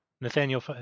Nathaniel